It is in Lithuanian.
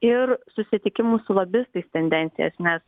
ir susitikimų su lobistais tendencijas nes